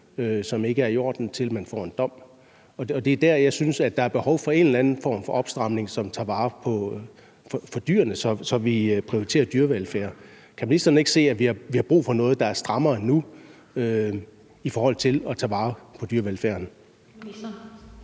som ikke er i orden, til man får en dom. Og det er der, jeg synes, at der er behov for en eller anden form for opstramning, som tager vare på dyrene, altså så vi prioriterer dyrevelfærden. Kan ministeren ikke se, at vi har brug for noget nu, der er strammere i forhold til at tage vare på dyrevelfærden?